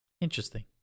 interesting